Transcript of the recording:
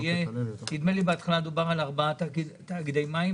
נדמה לי בהתחלה דובר על ארבעה תאגידי מים,